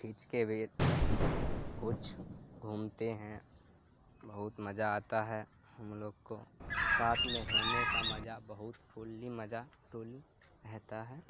کھینچ کے بھی کچھ گھومتے ہیں بہت مزہ آتا ہے ہم لوگ کو ساتھ میں رہنے کا مزہ بہت پھوللی مزہ ٹل رہتا ہے